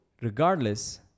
Regardless